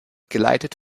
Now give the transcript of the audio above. geleitet